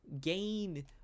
gain